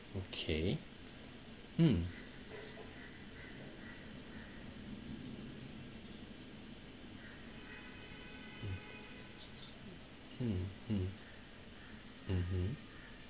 okay mm mm mm mm mm mm